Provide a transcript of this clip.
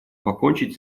покончить